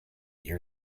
your